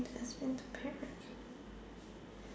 hardest thing to